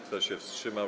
Kto się wstrzymał?